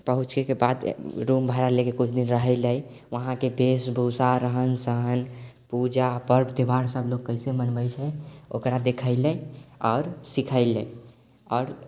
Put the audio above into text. पहुँचैके बाद रूम भाड़ा लऽ के किछु दिन रहय लेल वहाँके वेशभूषा रहन सहन पूजा पर्व त्यौहार सभलोग कैसे मनबैत छै ओकरा देखय लेल आओर सीखय लेल आओर